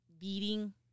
beating